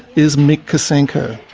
is mick kosenko.